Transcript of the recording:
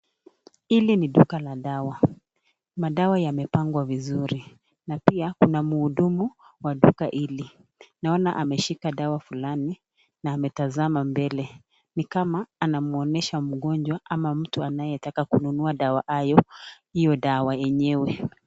Hili ni duka la dawa. Madawa yamepangwa vizuri na pia kuna muhudumu wa duka ili. Naona ameshika dawa fulani na ametazama mbele. Ni kama anamuonyesha mgonjwa ama mtu anayetaka kununua dawa hayo hiyo dawa yenyewe.